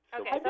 Okay